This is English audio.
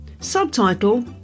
Subtitle